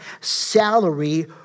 salary